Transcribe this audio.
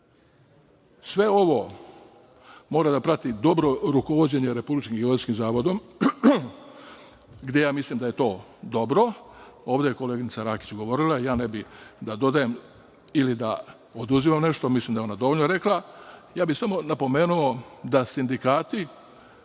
ovo mora da prati dobro rukovođenje Republičkim geodetskim zavodom, gde ja mislim da je to dobro. Ovde je koleginica Rakić govorila, ja ne bih da dodajem ili da oduzimam nešto, mislim da je ona dovoljno rekla. Ja bih samo napomenuo da sindikati